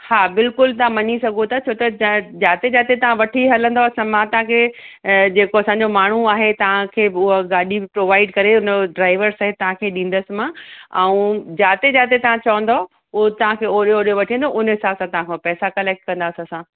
हा बिल्कुलु तव्हां मञी सघो था छो त ज जाते जाते तव्हां वठी हलंदव त मां तव्हांखे जेको असांजो माण्हूं आहे तव्हांखे हूअ गाॾी प्रोवाईड करे उनजो ड्राईवर सहित ॾींदस मां ऐं जाते जाते तव्हां चवंदव उहो तव्हांखे ओडे ओडे वठी वेंदो उन हिसाब सां तव्हांखां पैसा कलेक्ट कंदासीं असां